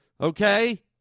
Okay